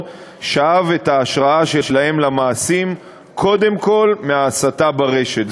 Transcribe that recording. שאבו את ההשראה שלהם למעשים קודם כול מההסתה ברשת.